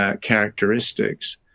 characteristics